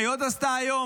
מה היא עוד עשתה היום?